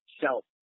self